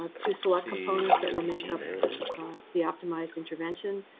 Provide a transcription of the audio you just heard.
ah to select components that will make up the optimized intervention.